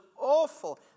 awful